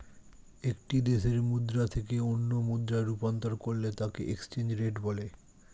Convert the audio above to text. একটি দেশের মুদ্রা থেকে অন্য মুদ্রায় রূপান্তর করলে তাকেএক্সচেঞ্জ রেট বলে